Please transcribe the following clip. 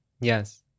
Yes